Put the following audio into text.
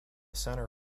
center